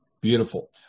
beautiful